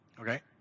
Okay